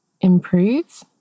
improve